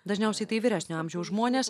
dažniausiai tai vyresnio amžiaus žmonės